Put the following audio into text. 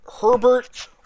Herbert